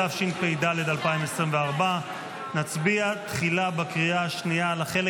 התשפ"ד 2024. נצביע תחילה בקריאה השנייה על החלק